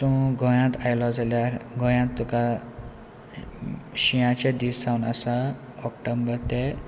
तूं गोंयांत आयलो जाल्यार गोंयांत तुका शिंयाचे दीस जावन आसा ऑक्टोबर ते